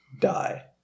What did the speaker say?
die